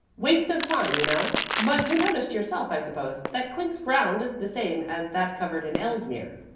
waste of time, you know. but you noticed yourself, i suppose, that clink's ground is the same as that covered in elsmere?